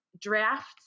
Drafts